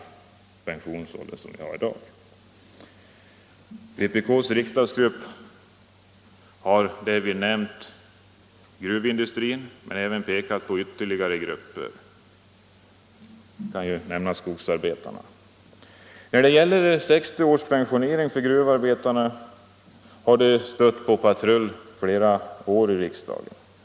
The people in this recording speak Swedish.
Vpk:s riksdagsgrupp har därvid nämnt gruvindustrin, men även pekat på ytterligare grupper. Jag kan nämna skogsarbetarna. Kravet på pensionering vid 60 år för gruvarbetarna har stött på patrull i riksdagen i flera år.